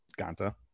Ganta